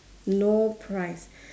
no price